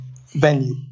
venue